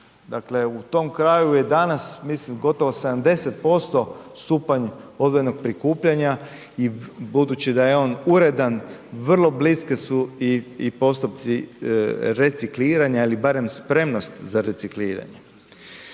dakle u tom kraju je danas mislim gotovo 70% stupanj odvojenog prikupljanja i budući da je on uredan, vrlo bliske su i postupci recikliranja ili barem spremnost za recikliranje.